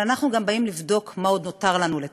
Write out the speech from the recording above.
אבל אנחנו גם באים לבדוק מה עוד נותר לנו לתקן.